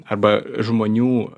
arba žmonių